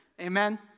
Amen